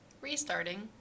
restarting